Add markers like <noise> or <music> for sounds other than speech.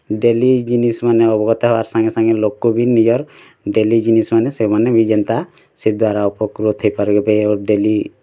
daily ଜିନିଷ୍ ମାନେ <unintelligible> ହବା ସାଙ୍ଗେ ସାଙ୍ଗେ ଲୋକ ବି ନିଜର୍ ଡେଲି ଜିନିଷ୍ ମାନେ ସେମାନେ ବି ଯେନ୍ତା ସେ ଦ୍ଵାରା ଉପକୃତ ହେଇ ପାରିବେ <unintelligible> ଡେଲି